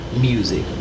music